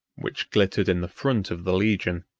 which glittered in the front of the legion,